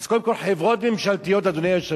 אז קודם כול, בחברות ממשלתיות, אדוני היושב-ראש,